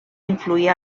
influir